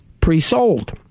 pre-sold